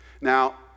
Now